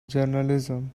journalism